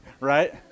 Right